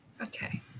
Okay